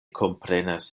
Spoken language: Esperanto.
komprenas